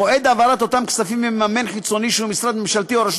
מועד העברת אותם כספים ממממן חיצוני שהוא משרד ממשלתי או רשות